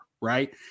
right